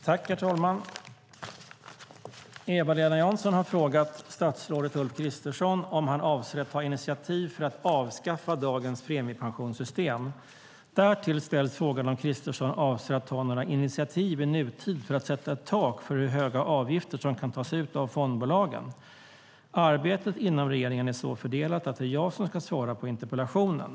Herr talman! Eva-Lena Jansson har frågat statsrådet Ulf Kristersson om han avser att ta initiativ för att avskaffa dagens premiepensionssystem. Därtill ställs frågan om Kristersson avser att ta några initiativ i nutid för att sätta ett tak för hur höga avgifter som kan tas ut av fondbolagen. Arbetet inom regeringen är så fördelat att det är jag som ska svara på interpellationen.